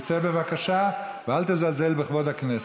תצא, בבקשה, ואל תזלזל בכבוד הכנסת.